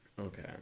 Okay